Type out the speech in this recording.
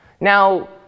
Now